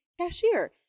cashier